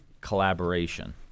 collaboration